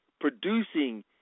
producing